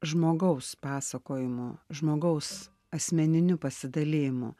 žmogaus pasakojimu žmogaus asmeniniu pasidalijimu